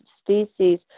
species